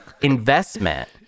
investment